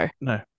No